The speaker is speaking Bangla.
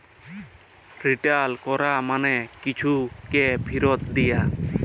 রিটার্ল ক্যরা মালে কিছুকে ফিরত দিয়া